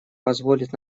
позволит